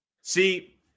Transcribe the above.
See